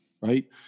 right